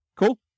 Cool